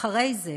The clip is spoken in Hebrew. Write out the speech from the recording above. ואחרי זה